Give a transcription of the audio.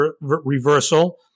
reversal